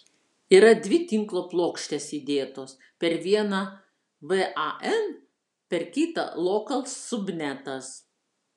yra dvi tinklo plokštes įdėtos per vieną wan per kitą lokal subnetas